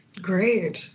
Great